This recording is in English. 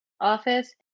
Office